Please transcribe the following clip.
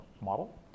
model